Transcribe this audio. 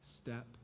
step